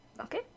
Okay